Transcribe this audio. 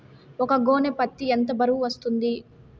ఒక గోనె పత్తి ఎంత బరువు వస్తుంది?